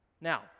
Now